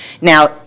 Now